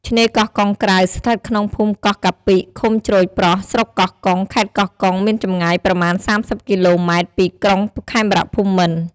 ឆ្នេរកោះកុងក្រៅ ស្ថិតក្នុងភូមិកោះកាពិ ឃុំជ្រោយប្រស់ ស្រុកកោះកុង ខេត្តកោះកុង មានចម្ងាយប្រមាណ៣០គីឡូម៉ែត្រ ពីក្រុងខេមរភូមិន្ទ។